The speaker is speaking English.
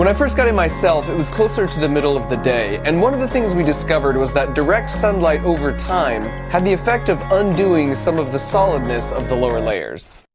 first got in myself, it was closer to the middle of the day and one of the things we discovered was that direct sunlight over time had the effect of undoing some of the solidness of the lower layers.